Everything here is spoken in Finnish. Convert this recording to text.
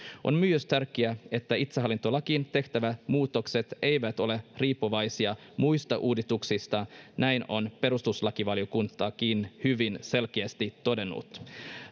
on myös tärkeää että itsehallintolakiin tehtävät muutokset eivät ole riippuvaisia muista uudistuksista näin on perustuslakivaliokuntakin hyvin selkeästi todennut